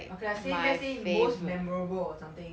okay lah say let's say most memorable or something